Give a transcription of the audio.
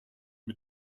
mit